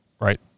right